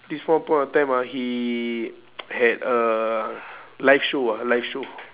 this one point of time ah he had a live show ah live show